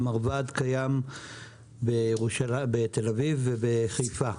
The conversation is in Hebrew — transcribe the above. המרב"ד קיים בתל אביב ובחיפה,